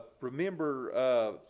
Remember